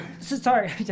Sorry